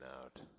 out